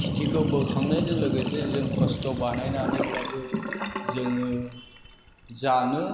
खेतिखौ बोखांनायजों लोगोसे जों खस्त' बानायनानैब्लाबो जोङो जानो